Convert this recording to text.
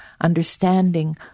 understanding